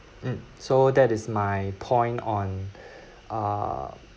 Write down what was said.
um so that is my point on uh